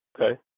Okay